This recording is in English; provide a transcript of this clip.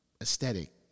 aesthetic